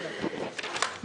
מספיק.